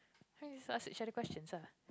just ask each other questions ah